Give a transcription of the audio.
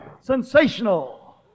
sensational